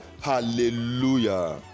hallelujah